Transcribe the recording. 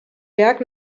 werk